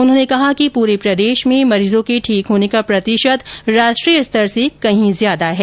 उन्होंने कहा कि पूरे प्रदेश में मरीजों के ठीक होने का प्रतिशत राष्ट्रीय स्तर से कहीं ज्यादा है